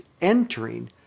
entering